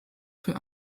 für